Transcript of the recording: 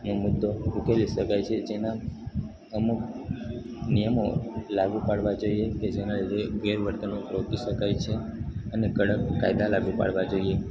નો મુદ્દો ઉકેલી શકાય છે જેના અમુક નિયમો લાગુ પાડવા જોઈએ કે જેના લીધે ગેરવર્તણૂક રોકી શકાય છે અને કડક કાયદા લાગુ પાડવા જોઈએ